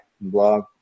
blog